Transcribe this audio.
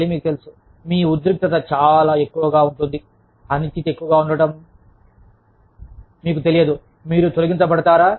మళ్ళీ మీకు తెలుసు మీ ఉద్రిక్తత చాలా ఎక్కువగా ఉండటం అనిశ్చితి ఎక్కువగా ఉండటం మీకు తెలియదు మీరు తొలగించబడతారా